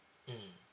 mmhmm